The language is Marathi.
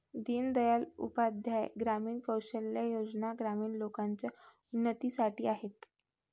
दीन दयाल उपाध्याय ग्रामीण कौशल्या योजना ग्रामीण लोकांच्या उन्नतीसाठी आहेत